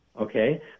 Okay